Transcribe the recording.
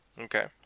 Okay